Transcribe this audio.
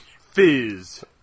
Fizz